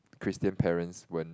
Christian parents won't